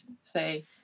say